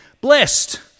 blessed